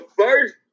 first